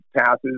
passes